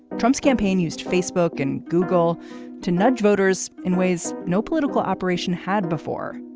trump's campaign used facebook and google to nudge voters in ways no political operation had before.